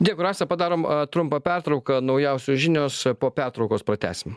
dėkui rasa padarom trumpą pertrauką naujausios žinios po pertraukos pratęsim